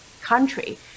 country